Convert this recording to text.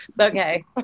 okay